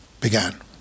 began